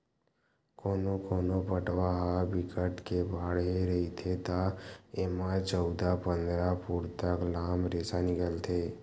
कोनो कोनो पटवा ह बिकट के बाड़हे रहिथे त एमा चउदा, पंदरा फूट तक लाम रेसा निकलथे